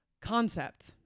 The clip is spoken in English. concept